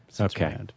Okay